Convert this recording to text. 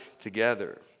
together